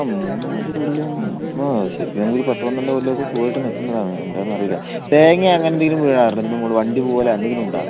അ മൂന്നാലു കൊല്ലം ആ ശരിക്കും നമുക്കൊരു പത്ത് പന്ത്രണ്ടു കൊല്ലമൊക്കെ സുഖമായിട്ട് നിൽക്കേണ്ടതാണ് എന്താണെന്നറിയില്ല തേങ്ങ അങ്ങനെ എന്തെങ്കിലും വീണിരുന്നോ ഇതിൻ്റെ മുകളിൽ വണ്ടി പോവുകയോ വല്ലതും അങ്ങനെന്തെങ്കിലും ഉണ്ടോ